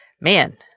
man